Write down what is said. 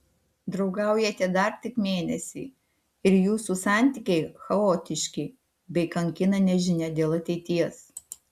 draugaujate dar tik mėnesį ir jūsų santykiai chaotiški bei kankina nežinia dėl ateities